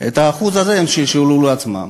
את ה-1% הזה הם שלשלו לכיסם.